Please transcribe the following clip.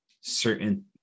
certain